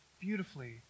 beautifully